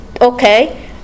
okay